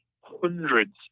hundreds